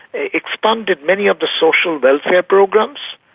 expanded many of the social welfare programs.